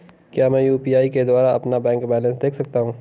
क्या मैं यू.पी.आई के द्वारा अपना बैंक बैलेंस देख सकता हूँ?